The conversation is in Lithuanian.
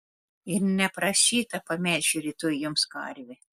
ir neprašyta pamelšiu rytoj jums karvę